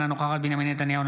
אינה נוכחת בנימין נתניהו,